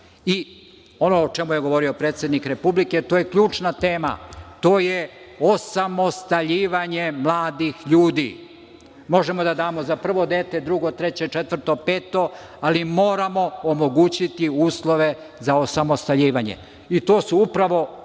i ono o čemu je govorio predsednik Republike, to je ključna tema, to je osamostaljivanje mladih ljudi. Možemo da damo za prvo dete, drugo, treće, četvrto, peto, ali moramo omogućiti uslove za osamostaljivanje i to su upravo